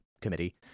committee